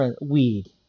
weed